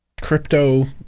Crypto